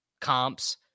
comps